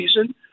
season